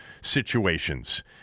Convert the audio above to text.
situations